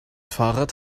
fahrrad